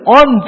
on